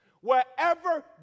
Wherever